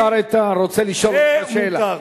השר איתן רוצה לשאול אותך שאלה,